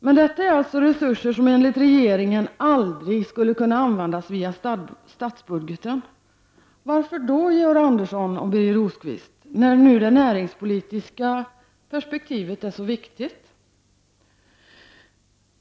Men detta är alltså resurser som enligt regeringen aldrig kan användas via statsbudgeten. Varför då, Georg Andersson och Birger Rosqvist, när nu det näringspolitiska perspektivet är så viktigt?